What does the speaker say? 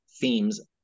themes